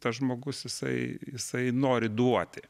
tas žmogus jisai jisai nori duoti